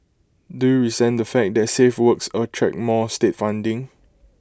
do you resent the fact that safe works attract more state funding